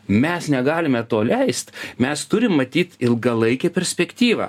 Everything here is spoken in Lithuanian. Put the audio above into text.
mes negalime to leist mes turim matyt ilgalaikę perspektyvą